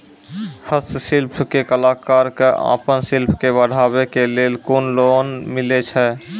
हस्तशिल्प के कलाकार कऽ आपन शिल्प के बढ़ावे के लेल कुन लोन मिलै छै?